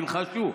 תלחשו.